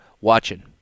watching